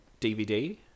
DVD